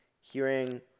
hearing